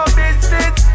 business